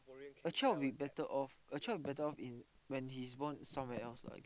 a child will be better off a child better off in when he's born in somewhere else